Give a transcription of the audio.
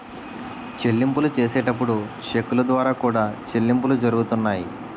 చెల్లింపులు చేసేటప్పుడు చెక్కుల ద్వారా కూడా చెల్లింపులు జరుగుతున్నాయి